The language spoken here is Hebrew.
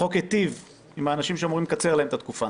החוק הטיב עם האנשים שאמורים לקצר להם את התקופה,